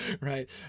right